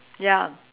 ya